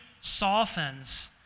softens